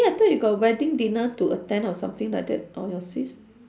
ya I thought you got a wedding dinner to attend or something like that or your sis